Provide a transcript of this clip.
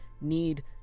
need